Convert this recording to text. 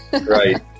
Right